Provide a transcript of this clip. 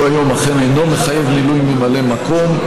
היום אכן אינו מחייב מינוי ממלא מקום.